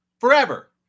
forever